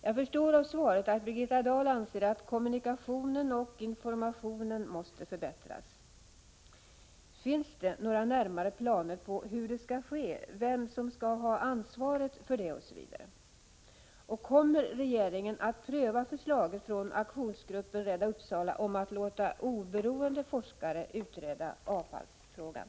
Jag förstår av svaret att Birgitta Dahl anser att kommunikationen och informationen måste förbättras. Finns det några närmare planer på hur det skall ske, vem som skall ha ansvaret osv.? Kommer regeringen att pröva förslaget från aktionsgruppen Rädda Uppsala om att låta oberoende forskare utreda avfallsfrågan?